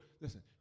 Listen